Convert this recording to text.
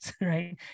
right